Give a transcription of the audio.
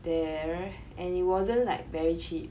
there and it wasn't like very cheap